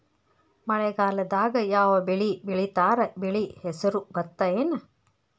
ಮಳೆಗಾಲದಾಗ್ ಯಾವ್ ಬೆಳಿ ಬೆಳಿತಾರ, ಬೆಳಿ ಹೆಸರು ಭತ್ತ ಏನ್?